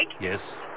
Yes